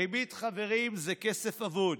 ריבית, חברים, זה כסף אבוד,